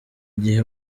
gihe